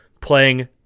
playing